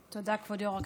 תודה, כבוד יו"ר הכנסת.